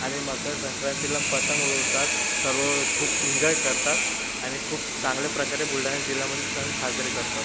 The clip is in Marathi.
आणि मकरसंक्रांतीला पतंग उडवतात सर्व खूप इन्जॉय करतात आणि खूप चांगल्या प्रकारे बुलढाणा जिल्ह्यामध्ये सण साजरे करतात